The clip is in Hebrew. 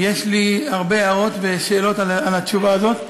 ויש לי הרבה הערות ושאלות על התשובה הזאת.